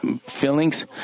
feelings